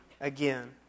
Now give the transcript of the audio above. again